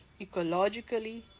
ecologically